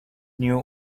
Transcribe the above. knew